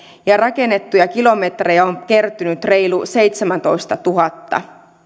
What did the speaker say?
ja rakennettuja kilometrejä on kertynyt reilut seitsemänteentoistatuhannenteen